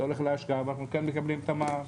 זה הולך להשקעה ואנחנו כן מקבלים את המע"מ.